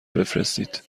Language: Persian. بفرستید